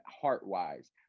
heart-wise